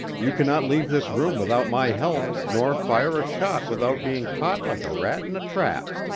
you cannot leave this room without my help, nor fire a shot without being caught like a rat in a trap.